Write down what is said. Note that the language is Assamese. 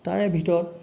তাৰে ভিতৰত